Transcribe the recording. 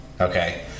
Okay